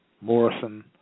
Morrison